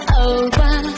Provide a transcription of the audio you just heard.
over